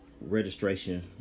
registration